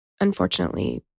unfortunately